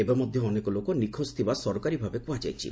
ଏବେ ମଧ୍ୟ ଅନେକ ଲୋକ ନିଖୋଜ ଥିବା ସରକାରୀ ଭାବେ କୁହାଯାଇଛି